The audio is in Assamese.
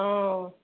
অ'